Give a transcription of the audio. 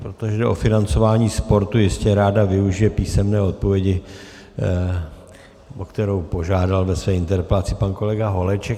Protože jde o financování sportu, jistě ráda využije písemné odpovědi, o kterou požádal ve své interpelaci pan kolega Holeček.